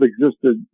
existed